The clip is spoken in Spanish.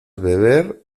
beber